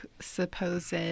supposed